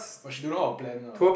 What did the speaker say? but she don't know how to plan lah